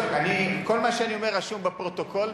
כל מה שאני אומר רשום בפרוטוקול,